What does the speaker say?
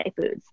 foods